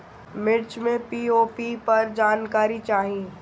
मिर्च मे पी.ओ.पी पर जानकारी चाही?